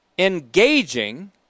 Engaging